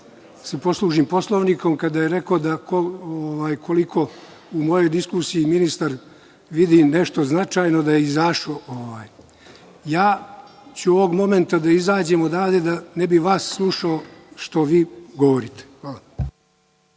se poslužim i Poslovnikom, kada je rekao da koliko u mojoj diskusiji ministar vidi nešto značajno da je izašao. Ovog momenta ću da izađem odavde da ne bih vas slušao šta govorite. Hvala.